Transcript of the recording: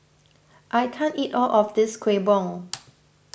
I can't eat all of this Kuih Bom